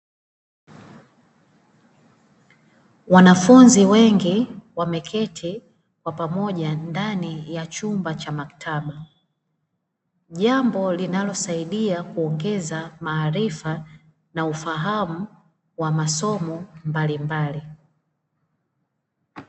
Wanafunzi wengi, wameketi kwa pamoja ndani ya chumba cha maktaba. Jambo linalosaidia kuongeza maarifa na ufahamu wa masomo mbalimbali.